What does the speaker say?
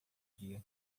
dia